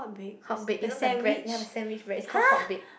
Hotbake you know the bread you have the sandwich bread it's called Hotbake